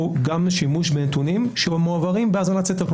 גם שימוש בנתונים שמועברים בהאזנת סתר,